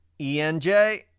enj